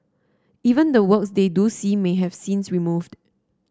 even the works they do see may have scenes removed